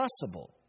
possible